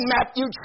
Matthew